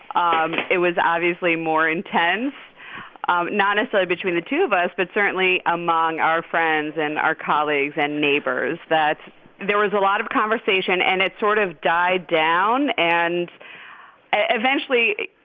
um it was obviously more intense ah not necessarily so between the two of us, but certainly among our friends and our colleagues and neighbors that there was a lot of conversation. and it sort of died down. and eventually,